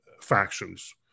factions